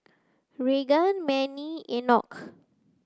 Raegan Mannie and Enoch